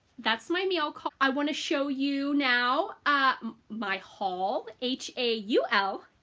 that's my mail call. i want to show you now ah my hall h a u l.